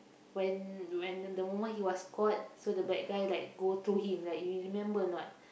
when when the moment he was caught so the bad guy like go through him like you remember or not